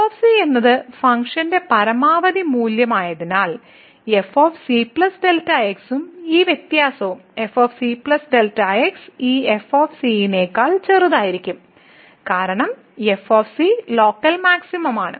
f എന്നത് ഫംഗ്ഷന്റെ പരമാവധി മൂല്യമായതിനാൽ f c Δx ഉം ഈ വ്യത്യാസവും f c Δx ഈ f നേക്കാൾ ചെറുതായിരിക്കും കാരണം f ലോക്കൽ മാക്സിമം ആണ്